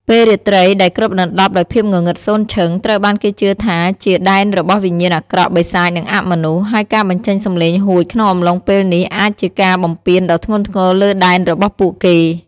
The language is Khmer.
ពេលរាត្រីដែលគ្របដណ្ដប់ដោយភាពងងឹតសូន្យឈឹង ត្រូវបានគេជឿថាជាដែនរបស់វិញ្ញាណអាក្រក់ បិសាច និងអមនុស្ស ហើយការបញ្ចេញសំឡេងហួចក្នុងអំឡុងពេលនេះអាចជាការបំពានដ៏ធ្ងន់ធ្ងរលើដែនរបស់ពួកគេ។